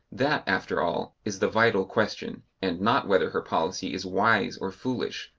that, after all, is the vital question, and not whether her policy is wise or foolish,